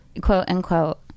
quote-unquote